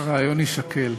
הרעיון יישקל.